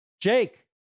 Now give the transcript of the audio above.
Jake